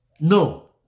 No